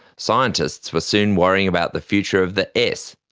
scientists were soon worrying about the future of the s,